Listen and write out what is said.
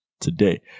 today